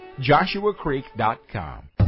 JoshuaCreek.com